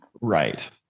right